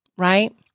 Right